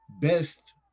best